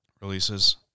releases